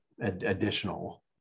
additional